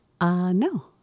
No